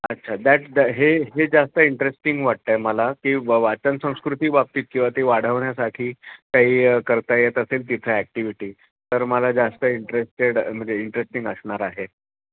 अच्छा that the हे जास्त इंटरेस्टिंग वाटत आहे मला की बुवा वाचनसंस्कृती बाबतीत किंवा ती वाढवण्यासाठी काही करता येत असेल तिथं ॲक्टिव्हिटी तर मला जास्त इंटरेस्टेड म्हणजे इंटरेस्टिंग असणार आहे